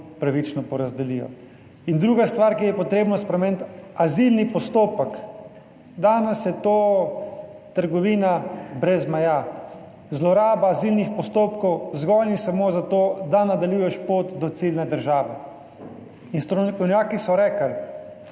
pravično porazdelijo. In druga stvar, ki jo je potrebno spremeniti, azilni postopek. Danes je to trgovina brez meja, zloraba azilnih postopkov zgolj in samo za to, da nadaljuješ pot do ciljne države. In strokovnjaki so rekli,